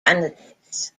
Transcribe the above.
candidates